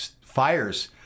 fires